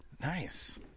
Nice